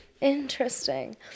Interesting